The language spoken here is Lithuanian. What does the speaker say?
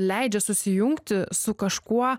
leidžia susijungti su kažkuo